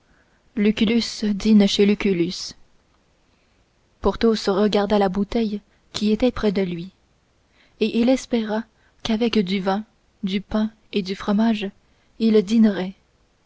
dîne chez lucullus porthos regarda la bouteille qui était près de lui et il espéra qu'avec du vin du pain et du fromage il dînerait